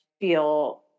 feel